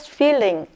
feeling